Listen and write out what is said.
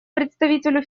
представителю